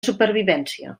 supervivència